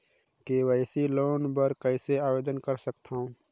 KCC loan बर कइसे आवेदन कर सकथव?